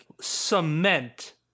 cement